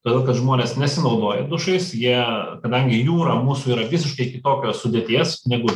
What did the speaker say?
todėl kad žmonės nesinaudoja dušais jie kadangi jūra mūsų yra visiškai kitokios sudėties negu